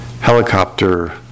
helicopter